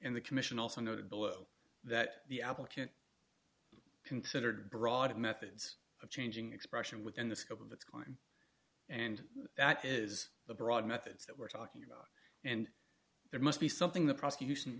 below that the application considered broad methods of changing expression within the scope of its and that is the broad methods that we're talking about and there must be something the prosecution